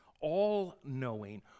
all-knowing